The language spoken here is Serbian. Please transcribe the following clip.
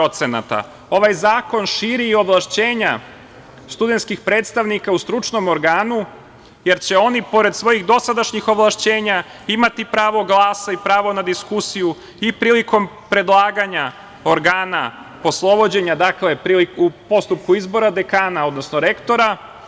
Ovaj zakon širi i ovlašćenja studentskih predstavnika u stručnom organu, jer će oni, pored svojih dosadašnjih ovlašćenja, imati i pravo glasa i pravo na diskusiju i prilikom predlaganja organa poslovođenja, dakle u postupku izbora dekana, odnosno rektora.